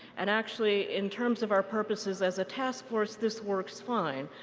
and actually, in terms of our purposes as a taskforce, this works fine.